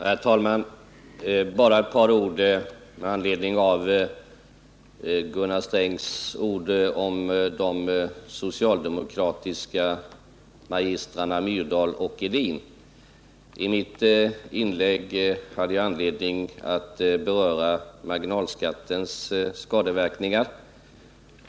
Herr talman! Bara ett par ord med anledning av vad Gunnar Sträng sade om de socialdemokratiska magistrarna Myrdal och Edin. I mitt inlägg hade jag anledning att beröra marginalskattens skadeverkningar.